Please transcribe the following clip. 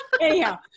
Anyhow